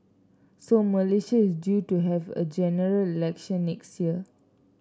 so Malaysia is due to have a General Election next year